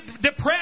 depressed